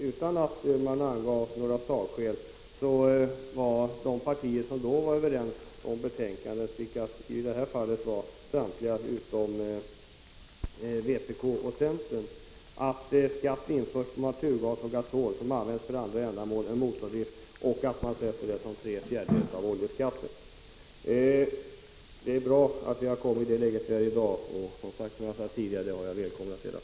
Utan att man angav några sakskäl, sade de partier som då var överens om betänkandet — vilket var samtliga utom vpk och centern — att skatt införs på naturgas och gasol som används för andra ändamål än motordrift. Den sattes till tre fjärdedelar av oljeskatten. Det är bra att vi har kommit till det läge vi har i dag. Jag har redan sagt att jag välkomnar det.